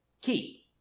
Keep